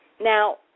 Now